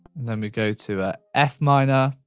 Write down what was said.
then we go to a f minor,